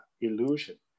illusion